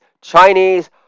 Chinese